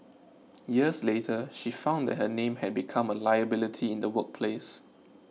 years later she found that her name had become a liability in the workplace